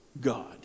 God